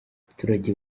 abaturage